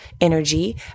energy